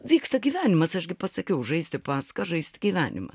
vyksta gyvenimas aš gi pasakiau žaisti pasaką žaisti gyvenimą